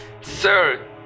sir